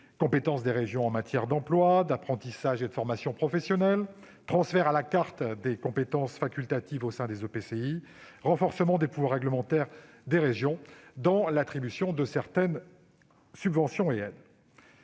compétences des régions en matière d'emploi, d'apprentissage et de formation professionnelle ; transfert à la carte des compétences facultatives au sein des EPCI ; renforcement du pouvoir réglementaire des régions dans l'attribution de certaines subventions et aides,